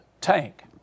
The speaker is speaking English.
tank